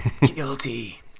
Guilty